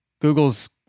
Google's